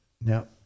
Now